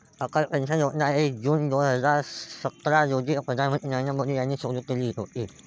Atal pension योजना एक जून दोन हजार सतरा रोजी पंतप्रधान नरेंद्र मोदी यांनी सुरू केली होती